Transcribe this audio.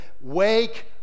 wake